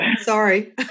Sorry